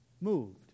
moved